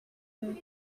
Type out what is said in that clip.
good